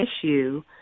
issue